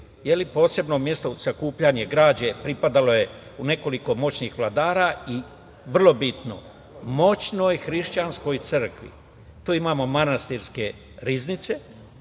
vek, posebno mesto sakupljanje građe pripadalo je u nekoliko moćnih vladara i vrlo bitno, moćnoj hrišćanskoj crkvi. Tu imamo manastirske riznice,